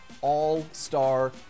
all-star